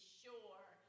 sure